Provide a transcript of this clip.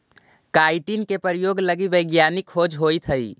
chitin के प्रयोग लगी वैज्ञानिक खोज होइत हई